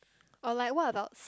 or like what about